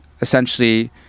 essentially